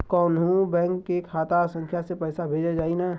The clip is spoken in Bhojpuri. कौन्हू बैंक के खाता संख्या से पैसा भेजा जाई न?